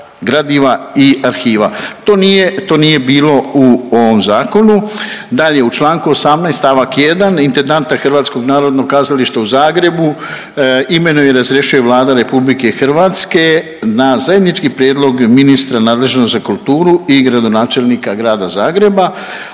To nije bilo u ovom zakonu. Dalje, u članku 18. stavak 1. intendanta Hrvatskog narodnog kazališta u Zagrebu imenuje i razrješuje Vlada Republike Hrvatske na zajednički prijedlog ministra nadležnog za kulturu i gradonačelnika grada Zagreba,